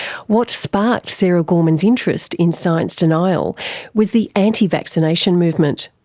what sparked sara gorman's interest in science denial was the anti-vaccination movement.